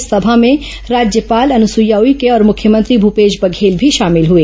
इस सभा में राज्यपाल अनुसुईया उइके और मुख्यमंत्री भूपेश बघेल भी शामिल हुए